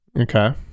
okay